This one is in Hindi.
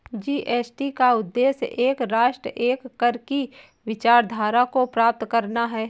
जी.एस.टी का उद्देश्य एक राष्ट्र, एक कर की विचारधारा को प्राप्त करना है